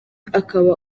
akaba